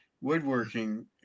woodworking